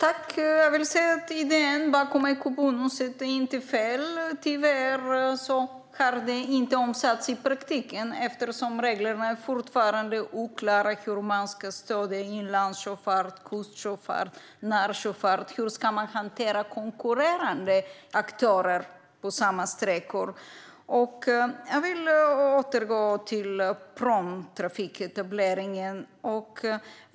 Fru talman! Idén bakom eco-bonusen är inte fel. Tyvärr har den inte omsatts i praktiken, eftersom reglerna fortfarande är oklara om hur man ska stödja inlandssjöfart, kustsjöfart och närsjöfart och om hur man ska hantera konkurrerande aktörer på samma sträckor. Jag vill återgå till pråmtrafiketableringen.